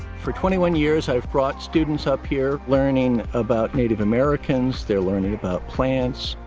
for twenty one years i've brought students up here, learning about native americans, they're learning about plants,